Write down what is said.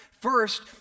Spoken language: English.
First